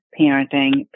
parenting